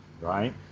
Right